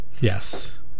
Yes